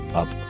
up